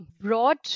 broad